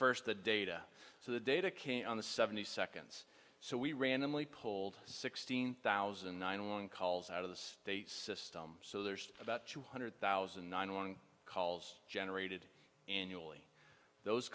first the data so the data can on the seventy seconds so we randomly polled sixteen thousand nine hundred one calls out of the state system so there's about two hundred thousand nine one calls generated annually those